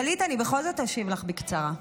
גלית, אני בכל זאת אשיב לך בקצרה.